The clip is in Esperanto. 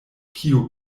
kio